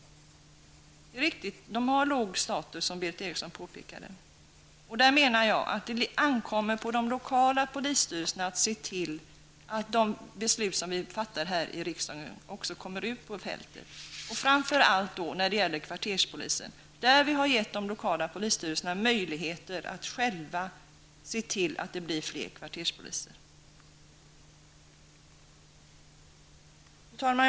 Det är riktigt att kvarterspoliserna har låg status, som Berith Eriksson påpekade. Jag menar att det ankommer på det lokala polisstyrelserna att se till att de beslut som vi fattar här i riksdagen också når ut på fältet, framför allt när det gäller kvarterspoliser. Vi har gett de lokala polisstyrelserna möjligheter att själva se till att det blir fler kvarterspoliser. Fru talman!